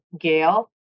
Gail